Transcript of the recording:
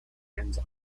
ends